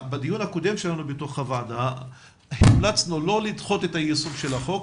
בדיון הקודם שלנו בתוך הוועדה המלצנו לא לדחות את יישום החוק,